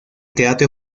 teatro